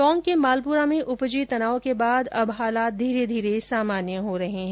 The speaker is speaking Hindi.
टोंक के मालपुरा में उपजे तनाव के बाद अब हालात धीरे धीरे सामान्य हो रहे है